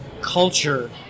culture